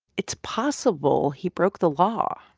it's possible he broke the law